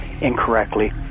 incorrectly